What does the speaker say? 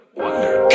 Wonder